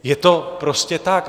Je to prostě tak.